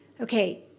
Okay